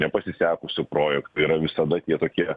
nepasisekusių projektų yra visada tie tokie